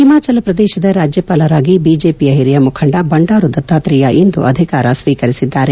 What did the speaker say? ಹಿಮಾಚಲ ಪ್ರದೇಶದ ರಾಜ್ಯಪಾಲರಾಗಿ ಬಿಜೆಪಿಯ ಹಿರಿಯ ಮುಖಂದ ಬಂಡಾರು ದತ್ತಾತ್ರೇಯ ಇಂದು ಅಧಿಕಾರ ಸ್ಲೀಕರಿಸಿದ್ಗಾರೆ